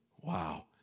Wow